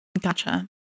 gotcha